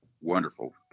wonderful